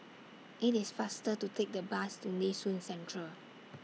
IT IS faster to Take The Bus to Nee Soon Central